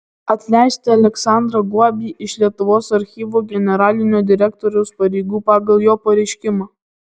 atleisti aleksandrą guobį iš lietuvos archyvų generalinio direktoriaus pareigų pagal jo pareiškimą